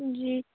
जी